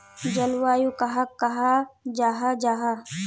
जलवायु कहाक कहाँ जाहा जाहा?